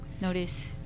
notice